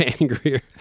angrier